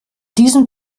diesen